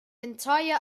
entire